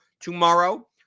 tomorrow